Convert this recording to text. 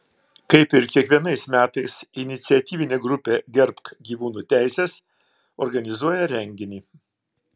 kaip ir kiekvienais metais iniciatyvinė grupė gerbk gyvūnų teises organizuoja renginį